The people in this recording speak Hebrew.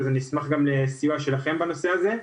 אז אני אשמח גם לקבלת הסיוע שלכם בנושא הזה.